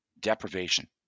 Deprivation